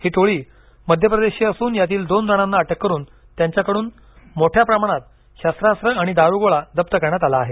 ही टोळी मध्य प्रदेशची असून यातील दोनजणाना अटक करून त्यांच्याकडून मोठ्या प्रमाणात शस्त्रास्व आणि दारुगोळा जप्त करण्यात आला आहे